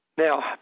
Now